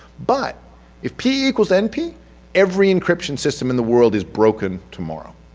but if p np every encryption system in the world is broken tomorrow,